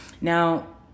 Now